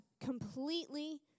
completely